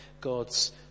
God's